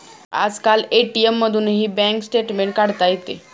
आजकाल ए.टी.एम मधूनही bank statement काढता येते